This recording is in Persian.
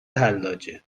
حلاجه